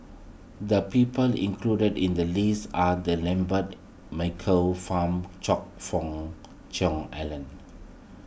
the people included in the list are the Lambert Michael Fam Choe Fook Cheong Alan